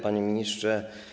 Panie Ministrze!